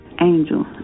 Angel